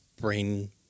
brain